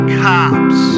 cops